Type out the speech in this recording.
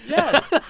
yes.